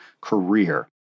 career